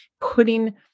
putting